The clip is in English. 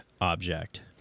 object